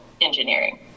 engineering